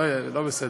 לא בסדר.